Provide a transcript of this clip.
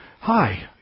Hi